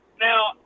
now